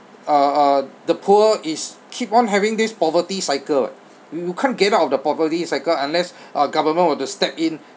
uh uh the poor is keep on having this poverty cycle [what] you can't get out of the poverty cycle unless our government were to step in